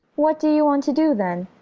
what do you want to do then?